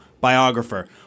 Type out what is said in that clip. Biographer